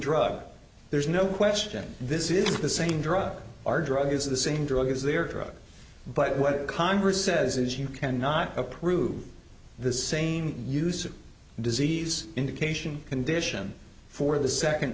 drug there's no question this is the same drug are drugs of the same drug as their drug but what congress says is you cannot approve the same use of disease indication condition for the second